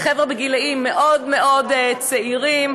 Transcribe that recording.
אלה חבר'ה בגילים מאוד מאוד צעירים.